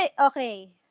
Okay